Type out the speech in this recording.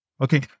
Okay